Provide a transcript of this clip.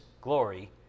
glory